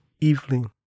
evening